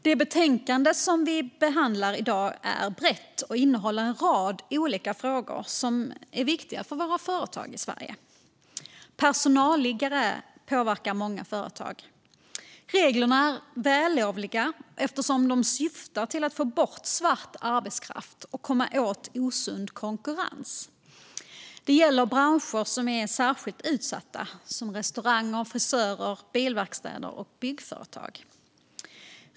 Det betänkande som vi behandlar i dag är brett och innehåller en rad olika frågor som är viktiga för våra svenska företag. Personalliggare påverkar många företag. Reglerna är vällovliga eftersom de syftar till att få bort svart arbetskraft och komma åt osund konkurrens. Det gäller branscher som är särskilt utsatta, såsom restauranger, frisörer, bilverkstäder och byggföretag.